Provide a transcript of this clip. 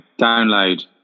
Download